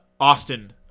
Austin